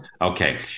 Okay